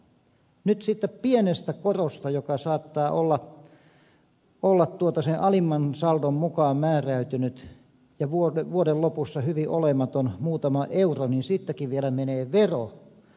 nyt siitä pienestä korosta joka saattaa olla sen alimman saldon mukaan määräytynyt ja vuoden lopussa hyvin olematon muutama euro siitäkin vielä menee vero